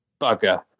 bugger